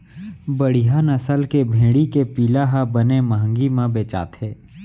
बड़िहा नसल के भेड़ी के पिला ह बने महंगी म बेचाथे